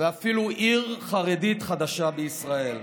ואפילו עיר חרדית חדשה בישראל.